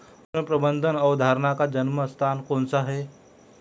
विपणन प्रबंध अवधारणा का जन्म स्थान कौन सा है?